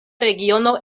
regiono